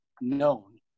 known